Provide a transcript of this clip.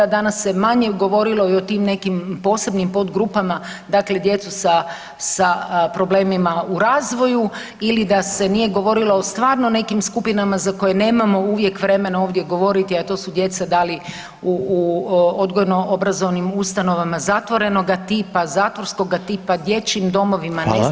Danas se manje govorilo i o tim nekim posebnim podgrupama dakle djecu s problemima u razvoju ili da se nije govorilo o stvarno nekim skupinama za koje nemamo uvijek vremena ovdje govoriti, a to su djeca da li u odgojnoobrazovnim ustanovama zatvorenoga tipa, zatvorskoga tipa, dječjim domovima, nezbrinutoj.